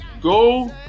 go